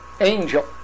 angel